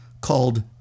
called